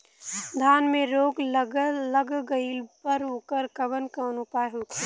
धान में रोग लग गईला पर उकर कवन कवन उपाय होखेला?